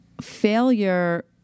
failure